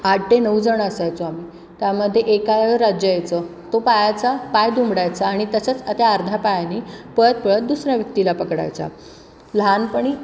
आठ ते नऊजण असायचो आम्ही त्यामध्ये एका राज्य यायचं तो पायाचा पाय दुमडायचा आणि तसंच त्या अर्धा पायाने पळत पळत दुसऱ्या व्यक्तीला पकडायचा लहानपणी